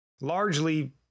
Largely